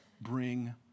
bring